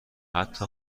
حتی